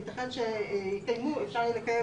יתכן שיהיה אפשר לקיים במליאה.